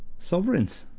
sovereigns,